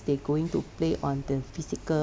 they going to play on the physical